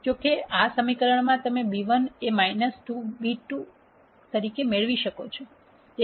જો કે આ સમીકરણમાંથી તમે b1 એ 2b2 મેળવી શકો છો